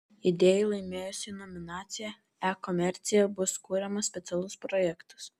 idėjai laimėjusiai nominaciją e komercija bus kuriamas specialus projektas